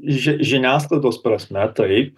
ži žiniasklaidos prasme taip